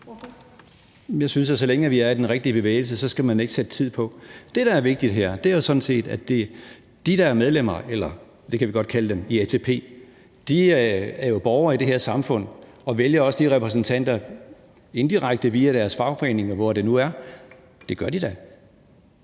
Jeg synes, at så længe vi er i den rigtige bevægelse, skal man ikke sætte tid på. Det, der er vigtigt her, er jo sådan set, at dem, der er medlem af ATP, jo er borgere i det her samfund, og de vælger også repræsentanter til ATP indirekte via deres fagforeninger, eller hvor det nu er – det gør de da